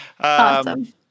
Awesome